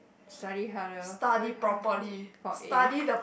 study harder for A